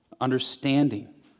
understanding